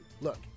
Look